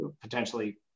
potentially